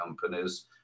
companies